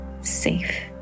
safe